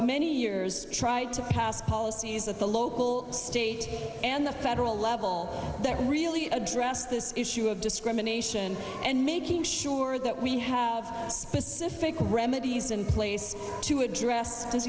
many years tried to pass policies at the local state and the federal level that really address this issue of discrimination and making sure that we have specific remedies in place to address